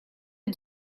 est